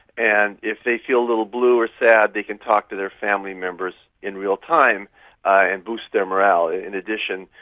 and if they feel a little blue or sad they can talk to their family members in real time and boost their morale. in addition,